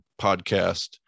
podcast